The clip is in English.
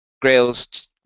Grails